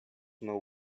now